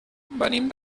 venim